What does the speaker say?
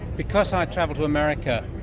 because i travel to america,